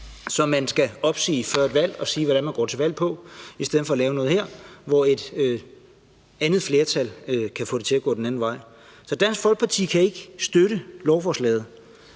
som man skal opsige før et valg, og sige, hvad man går til valg på – i stedet for at man laver noget her, hvor et andet flertal kan få det til at gå den anden vej. Så Dansk Folkeparti kan ikke støtte lovforslaget,